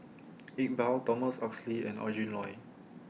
Iqbal Thomas Oxley and Adrin Loi